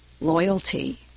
loyalty